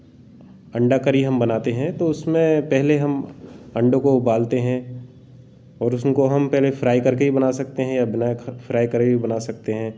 अंडा करी हम बनाते हैं तो उसमें पहले हम अंडों को उबालते हैं और उसको हम पहले फ्राई करके भी बना सकते हैं या बिना फ्राई करे भी बना सकते हैं